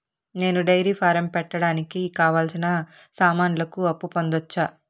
నేను dairy farm పెట్టడానికి కావాల్సిన సామాన్లకు అప్పు పొందొచ్చా?